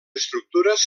estructures